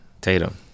Tatum